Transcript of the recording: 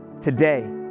today